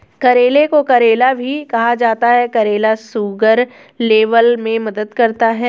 करेले को करेला भी कहा जाता है करेला शुगर लेवल में मदद करता है